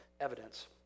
evidence